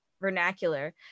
vernacular